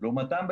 לעומתם,